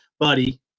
buddy